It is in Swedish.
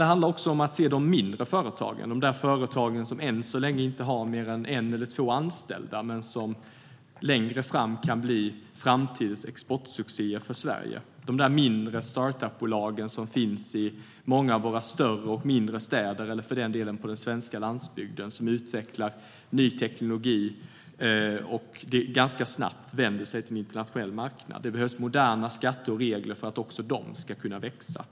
Det handlar om att se de mindre företagen, de som än så länge inte har mer än en eller två anställda men som kan bli framtidens exportsuccé för Sverige. Det är mindre startup-bolag som finns i många av våra större och mindre städer eller för den delen på den svenska landsbygden, som utvecklar ny teknologi och som ganska snabbt vänder sig till en internationell marknad. Det behövs moderna skatter och regler för att också dessa företag ska kunna växa.